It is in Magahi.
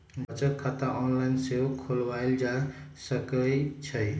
बचत खता ऑनलाइन सेहो खोलवायल जा सकइ छइ